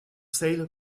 sale